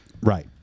Right